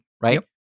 right